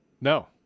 No